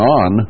on